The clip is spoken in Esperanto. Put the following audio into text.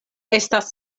estas